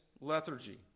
lethargy